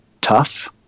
tough